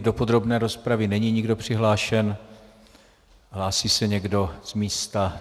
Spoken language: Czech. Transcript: Do podrobné rozpravy není nikdo přihlášen, hlásí se někdo z místa?